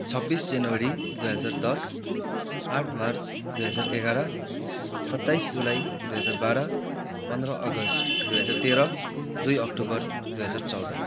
छब्बिस जनवरी दुई हजार दस आठ मार्च दुई हजार एघार सत्ताइस जुलाई दुई हजार बाह्र पन्ध्र अगस्ट दुई हजार तेह्र दुई अक्टोबर दुई हजार चौध